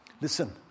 listen